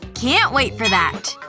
can't wait for that.